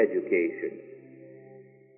education